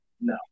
No